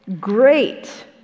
Great